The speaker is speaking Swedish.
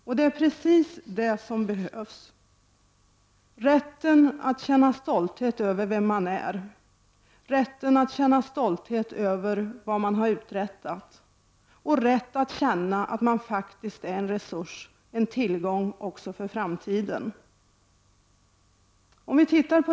Och det är precis vad som behövs: rätten att känna stolthet över vem man är, rätten att känna stolthet över vad man har uträttat och rätten att känna att man faktiskt är en tillgång, också för framtiden.